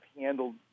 handled